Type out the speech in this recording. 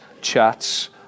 chats